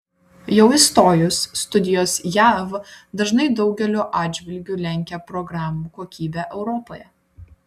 jau įstojus studijos jav dažnai daugeliu atžvilgiu lenkia programų kokybę europoje